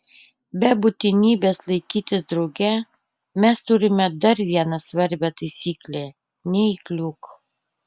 be būtinybės laikytis drauge mes turime dar vieną svarbią taisyklę neįkliūk